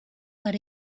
but